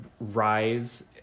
rise